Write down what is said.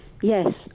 yes